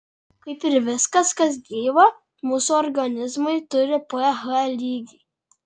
kaip ir viskas kas gyva mūsų organizmai turi ph lygį